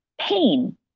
pain